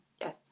Yes